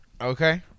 Okay